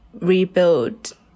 rebuild